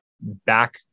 back